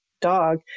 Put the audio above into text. dog